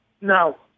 No